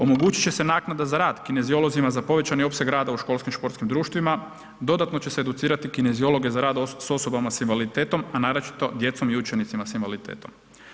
Omogućit će se naknada za rad kineziolozima za povećani opseg rada u školskih športskih društvima, dodatno će se educirati kineziologe za rad s osoba s invaliditetom, a naročito djecom i učenicima s invaliditetom.